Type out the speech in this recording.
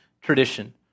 tradition